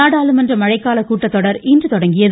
நாடாளுமன்ற மழைக்காலக் கூட்டத்தொடர் இன்று தொடங்கியது